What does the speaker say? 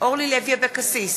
אורלי לוי אבקסיס,